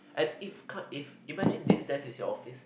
I if can't if imagine there's this is your office